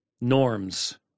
norms